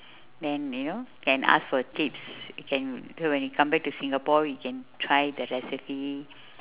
then you know can ask for tips can so when you come back to singapore you can try the recipe